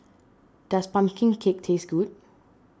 does Pumpkin Cake taste good